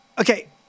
Okay